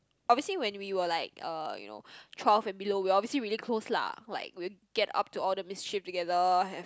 obviously when we were like uh you know twelve and below we obviously really close lah like we'll get up to all the mischief together have